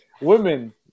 women